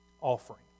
Offering